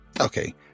Okay